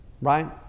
right